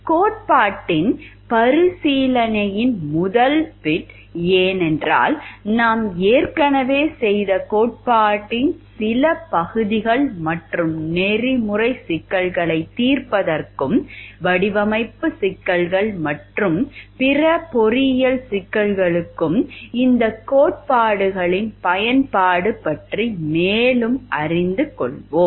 கோட்பாட்டின் மறுபரிசீலனையின் முதல் பிட் ஏனென்றால் நாம் ஏற்கனவே செய்த கோட்பாட்டின் சில பகுதிகள் மற்றும் நெறிமுறை சிக்கல்களைத் தீர்ப்பதற்கும் வடிவமைப்பு சிக்கல்கள் மற்றும் பிற பொறியியல் சிக்கல்களுக்கும் இந்த கோட்பாடுகளின் பயன்பாடு பற்றி மேலும் அறிந்து கொள்வோம்